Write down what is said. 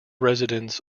residents